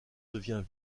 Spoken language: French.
devient